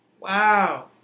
Wow